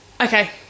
okay